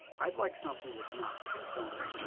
i'd like something that's not too formal,